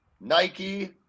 Nike